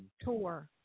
tour